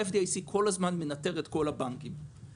ה-FDIC מנטר את כל הבנקים כל הזמן.